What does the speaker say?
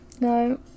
No